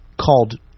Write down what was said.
called